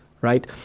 right